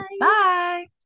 Bye